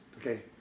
Okay